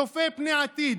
צופה פני עתיד,